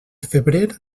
febrer